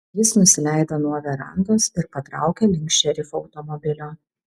jis nusileido nuo verandos ir patraukė link šerifo automobilio